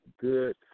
good